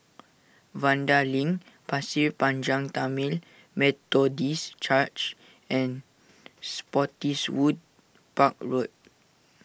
Vanda Link Pasir Panjang Tamil Methodist Church and Spottiswoode Park Road